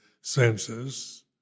senses